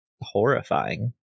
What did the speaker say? horrifying